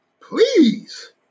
Please